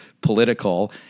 political